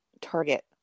target